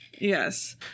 Yes